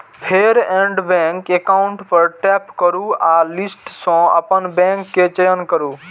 फेर add bank account पर tap करू आ लिस्ट सं अपन बैंक के चयन करू